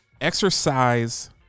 exercise